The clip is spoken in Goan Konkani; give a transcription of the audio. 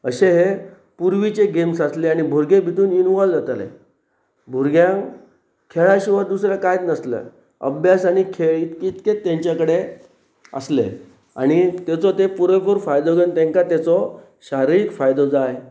अशे हे पुर्वीचे गेम्स आसले आनी भुरगे भितून इनवोल्व जाताले भुरग्यांक खेळा शिवाय दुसरें कांयच नासले अभ्यास आनी खेळत कितके तेंचे कडेन आसले आनी तेचो ते पुरोपूर फायदो घेवन तांकां तेचो शारिरीक फायदो जाय